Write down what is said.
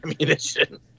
ammunition